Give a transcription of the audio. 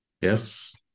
Yes